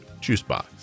Juicebox